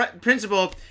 principle